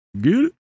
Good